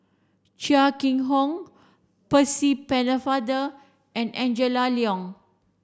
Chia Keng Hock Percy Pennefather and Angela Liong